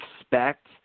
expect